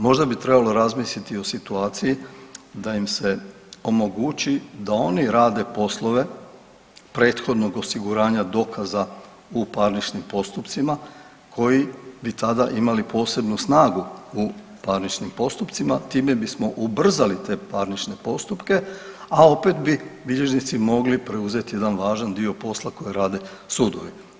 Možda bi trebalo razmisliti o situaciji da im se omogući da oni rade poslove prethodnog osiguranja dokaza u parničnim postupcima koji bi tada imali posebnu snagu u parničnim postupcima, time bismo ubrzali te parnične postupke, a opet bi bilježnici mogli preuzet jedan važan dio posla koji rade sudove.